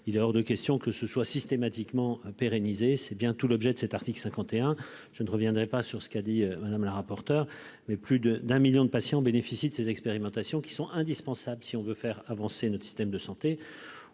il est hors de question qu'elle soit pérennisée et systématisée. Je ne reviendrai pas sur ce qu'a dit Mme la rapporteure, mais plus d'un million de patients bénéficient de ces expérimentations, qui sont indispensables si l'on veut faire avancer notre système de santé.